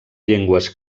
llengües